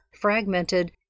fragmented